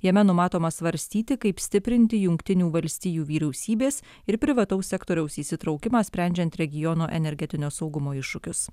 jame numatoma svarstyti kaip stiprinti jungtinių valstijų vyriausybės ir privataus sektoriaus įsitraukimą sprendžiant regiono energetinio saugumo iššūkius